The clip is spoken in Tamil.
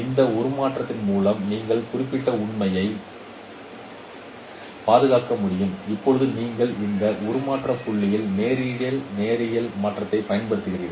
இந்த உருமாற்றத்தின் மூலம் நீங்கள் இந்த குறிப்பிட்ட உண்மையை பாதுகாக்க முடியும் இப்போது நீங்கள் இந்த உருமாற்ற புள்ளியில் நேரடி நேரியல் மாற்றத்தைப் பயன்படுத்துகிறீர்கள்